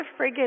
friggin